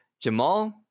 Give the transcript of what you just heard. Jamal